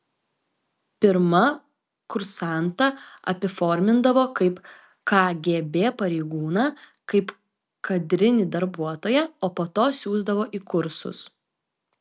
pirma kursantą apiformindavo kaip kgb pareigūną kaip kadrinį darbuotoją o po to siųsdavo į kursus